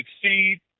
succeed